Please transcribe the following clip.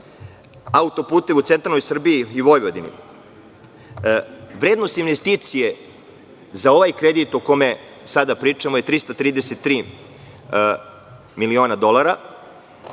autoputeve u centralnoj Srbiji i Vojvodini. Vrednost investicije za ovaj kredit o kome sada pričamo je 333.000.000 dolara,